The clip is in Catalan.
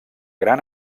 gran